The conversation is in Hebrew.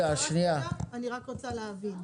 רק רוצה להבין.